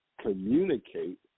communicate